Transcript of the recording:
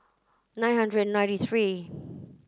nine hundred and ninety three